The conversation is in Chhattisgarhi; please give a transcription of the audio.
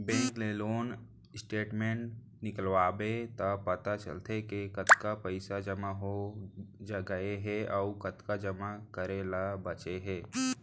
बेंक ले लोन स्टेटमेंट निकलवाबे त पता चलथे के कतका पइसा जमा हो गए हे अउ कतका जमा करे ल बांचे हे